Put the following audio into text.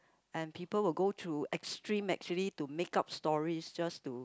and people will go to extreme actually to make up story just to